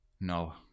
No